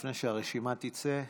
לפני שהרשימה תצא.